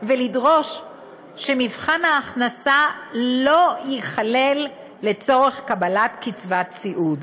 ולדרוש שמבחן ההכנסה לא ייכלל לצורך קבלת קצבת סיעוד.